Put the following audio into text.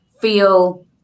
feel